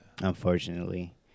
unfortunately